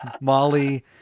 Molly